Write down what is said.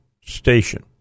station